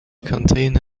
container